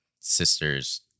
sister's